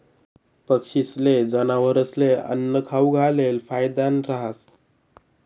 पक्षीस्ले, जनावरस्ले आन्नं खाऊ घालेल फायदानं रहास